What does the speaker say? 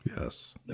Yes